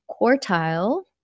quartile